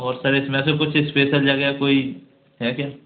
बहुत सारी इसमें वैसे कुछ इस्पेसल जगह कोई है क्या